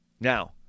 Now